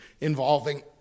involving